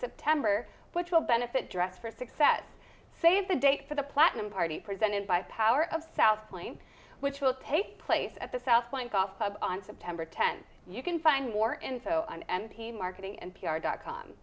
september which will benefit dress for success save the date for the platinum party presented by power of south philly which will take place at the southland golf club on september tenth you can find more info on n p marketing and p r dot com